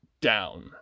down